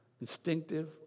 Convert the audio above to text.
instinctive